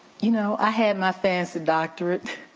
you know, i had my fancy doctorate,